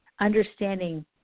understanding